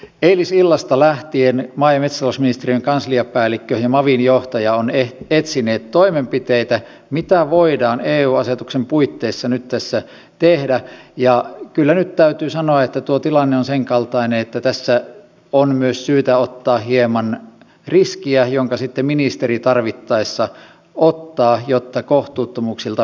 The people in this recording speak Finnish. eilisillasta lähtien maa ja metsätalousministeriön kansliapäällikkö ja mavin johtaja ovat etsineet toimenpiteitä mitä voidaan eu asetuksen puitteissa nyt tässä tehdä ja kyllä nyt täytyy sanoa että tuo tilanne on sen kaltainen että tässä on syytä ottaa myös hieman riskiä jonka sitten ministeri tarvittaessa ottaa jotta kohtuuttomuuksilta vältytään